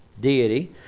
Deity